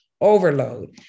overload